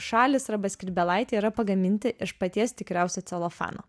šalys yra skrybėlaitė yra pagaminti iš paties tikriausio celofano